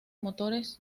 motores